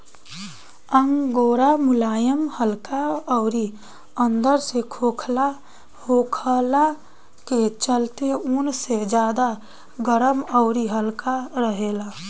angora मुलायम हल्का अउरी अंदर से खोखला होखला के चलते ऊन से ज्यादा गरम अउरी हल्का रहेला